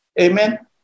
Amen